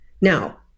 Now